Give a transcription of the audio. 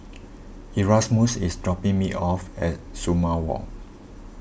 Erasmus is dropping me off at Sumang Walk